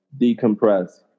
decompress